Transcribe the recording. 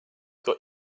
got